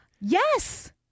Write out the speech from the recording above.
Yes